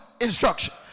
Instruction